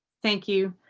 thank you.